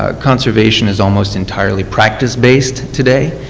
ah conservation is almost entirely practiced base today.